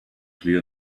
clear